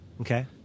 Okay